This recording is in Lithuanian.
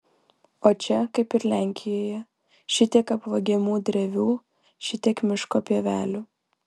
o čia kaip ir lenkijoje šitiek apvagiamų drevių šitiek miško pievelių